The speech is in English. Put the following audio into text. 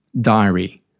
diary